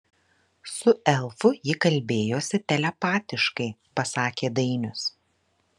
su elfu ji kalbėjosi telepatiškai pasakė dainius